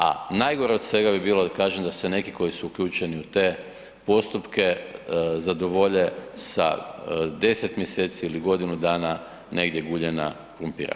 A najgore od svega bi bilo da kažem da se neki koji su uključeni u te postupke zadovolje sa 10 mjeseci ili godinu dana negdje guljenja krumpira.